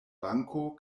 banko